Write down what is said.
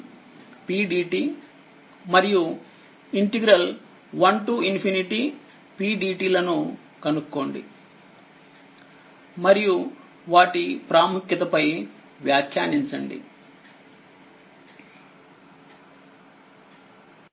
Glossary English word Telugu word Meaning dielectric material dielectric material విద్యుద్వాహక పదార్ధం connect connect అనుసంధానం parallel parallel సమాంతరం equivalent equivalent సమానమైన apply apply వర్తించు path పాత్ మార్గం balance బాలన్స్ సంతులనం derivative డెరివేటివ్ ఉత్పన్నం integrate ఇంటిగ్రేట్ సమాకలనం combine కంబైన్ మిళితం